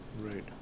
Right